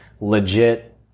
legit